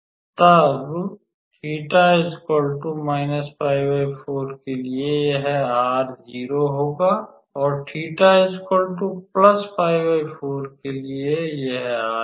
तोब 𝜃 −𝜋4 के लिए यह r 0 होगा और 𝜃 𝜋4 के लिए यह r 0 होगा